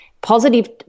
positive